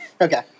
Okay